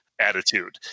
attitude